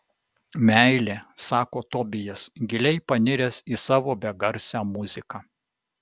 meilė sako tobijas giliai paniręs į savo begarsę muziką